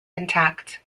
intact